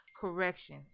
correction